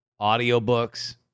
audiobooks